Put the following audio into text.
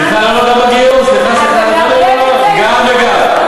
סליחה, לא, גם הגיור, גם וגם.